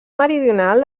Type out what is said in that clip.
meridional